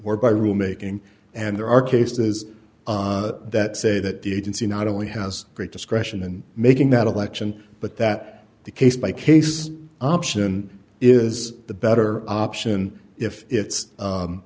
or by rule making and there are cases that say that the agency not only has great discretion in making that election but that the case by case option is the better option if i